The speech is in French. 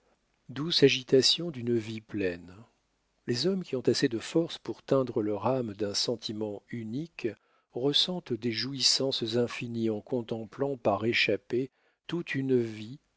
bonheur douces agitations d'une vie pleine les hommes qui ont assez de force pour teindre leur âme d'un sentiment unique ressentent des jouissances infinies en contemplant par échappées toute une vie